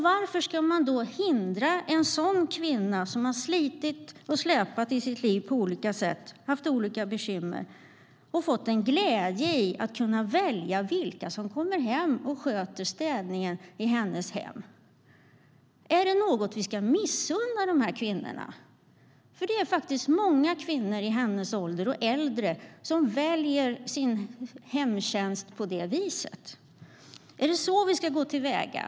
Varför ska vi ta ifrån en kvinna som har slitit och släpat i sitt liv och haft olika bekymmer den glädje hon känner över att kunna välja vilka som sköter städningen i hennes hem? Ska vi missunna dessa kvinnor det? Det är många kvinnor i hennes ålder och äldre som väljer sin hemtjänst. Är det så vi ska gå till väga?